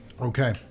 Okay